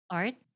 art